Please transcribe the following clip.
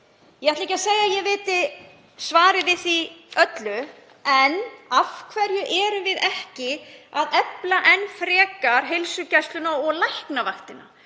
Ég ætla ekki að segja að ég viti svarið við því öllu. En af hverju erum við ekki að efla enn frekar heilsugæsluna og Læknavaktina?